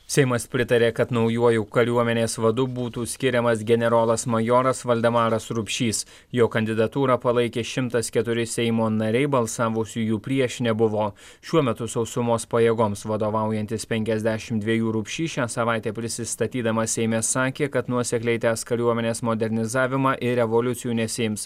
seimas pritarė kad naujuoju kariuomenės vadu būtų skiriamas generolas majoras valdemaras rupšys jo kandidatūrą palaikė šimtas keturi seimo nariai balsavusiųjų prieš nebuvo šiuo metu sausumos pajėgoms vadovaujantis penkiasdešim dvejų rupšys šią savaitę prisistatydamas seime sakė kad nuosekliai tęs kariuomenės modernizavimą ir revoliucijų nesiims